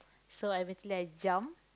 so eventually I jump